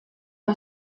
edo